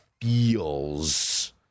feels